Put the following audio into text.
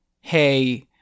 hey